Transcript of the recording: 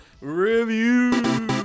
review